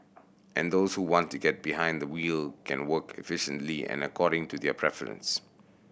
and those who want to get behind the wheel can work efficiently and according to their preferences